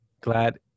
Glad